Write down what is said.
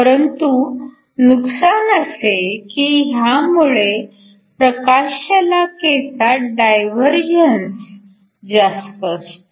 परंतु नुकसान असे की ह्यामुळे प्रकाश शलाकेचा डायव्हर्जन्स जास्त असतो